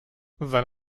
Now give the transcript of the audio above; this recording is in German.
sein